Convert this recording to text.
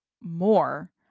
more